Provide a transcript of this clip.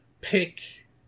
pick